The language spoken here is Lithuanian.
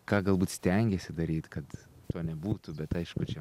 ką galbūt stengiesi daryt kad to nebūtų bet aišku čia